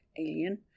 Alien